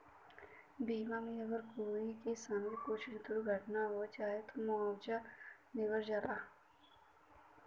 बीमा मे अगर कोई के संगे कुच्छो दुर्घटना हो जाए, ओपर मुआवजा देवल जाला